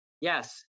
Yes